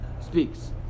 speaks